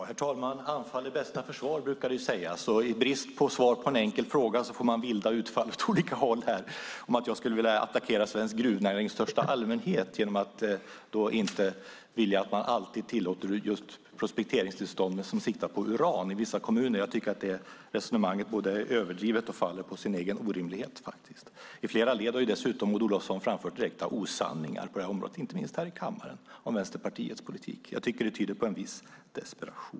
Herr talman! Anfall är bästa försvar, brukar det sägas. I brist på svar på en enkel fråga får man höra vilda utfall åt olika håll här om att jag skulle vilja attackera svensk gruvnäring i största allmänhet genom att inte vilja att man alltid tillåter prospekteringstillstånd som siktar på uran i vissa kommuner. Jag tycker att det resonemanget både är överdrivet och faller på sin egen orimlighet. I flera led har dessutom Maud Olofsson framfört direkta osanningar på området, inte minst här i kammaren, om Vänsterpartiets politik. Jag tycker att det tyder på en viss desperation.